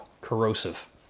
corrosive